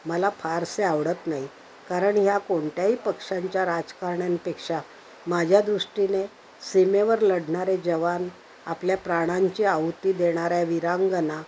मला फारसे आवडत नाही कारण ह्या कोणत्याही पक्षांच्या राजकारण्यांपेक्षा माझ्या दृष्टीने सीमेवर लढणारे जवान आपल्या प्राणांची आहुती देणाऱ्या विरांंगना